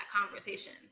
conversation